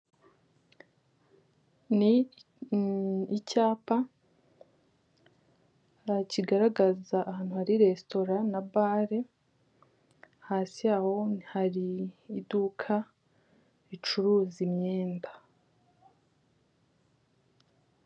Ni icyapa kigaragaza ahantu hari resitora na bare hasi yaho hari iduka ricuruza imyenda.